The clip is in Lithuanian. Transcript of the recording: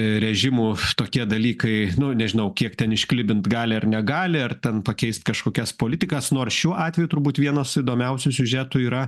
režimo tokie dalykai na nežinau kiek ten išklibinti gali ar negali ar ten pakeis kažkokias politikas nors šiuo atveju turbūt vienas įdomiausių siužetų yra